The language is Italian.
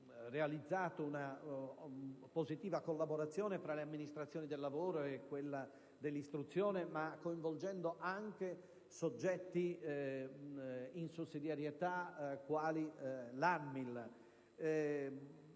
realizzato una positiva collaborazione tra le amministrazioni del lavoro e quelle dell'istruzione, ma ha anche coinvolto in sussidiarietà soggetti quali l'ANMIL.